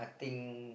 I think